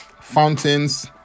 fountains